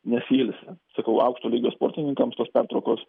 nesiilsi sakau aukšto lygio sportininkams tos pertraukos